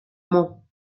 mans